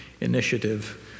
initiative